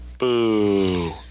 Boo